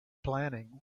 planning